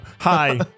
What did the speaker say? hi